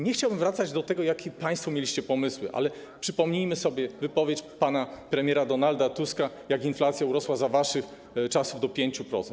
Nie chciałbym wracać do tego, jakie państwo mieliście pomysły, ale przypomnijmy sobie wypowiedź pana premiera Donalda Tuska, jak inflacja urosła za waszych czasów do 5%.